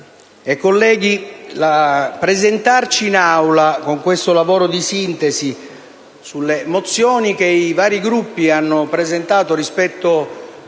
e colleghi, presentarci in Aula con questo lavoro di sintesi sulle mozioni che i vari Gruppi hanno presentato su